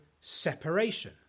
separation